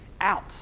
out